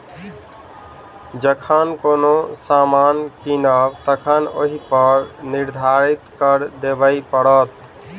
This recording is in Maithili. जखन कोनो सामान कीनब तखन ओहिपर निर्धारित कर देबय पड़त